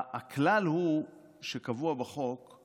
הכלל שקבוע בחוק הוא